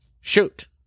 Shoot